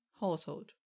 household